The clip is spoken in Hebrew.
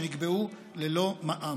שנקבעו ללא מע"מ.